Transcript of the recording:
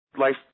life